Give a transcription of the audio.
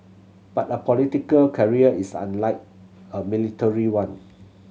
but a political career is unlike a military one